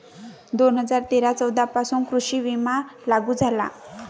दोन हजार तेरा चौदा पासून कृषी विमा लागू झाला